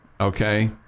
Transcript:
Okay